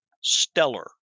stellar